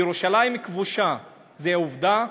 ירושלים כבושה, זו עובדה.